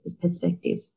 perspective